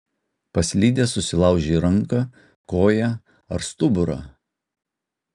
paslydęs susilaužei ranką koją ar stuburą